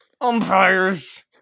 umpires